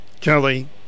Kelly